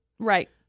Right